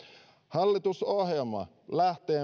hallitusohjelma lähtee